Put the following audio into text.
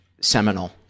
seminal